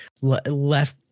left